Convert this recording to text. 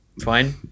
fine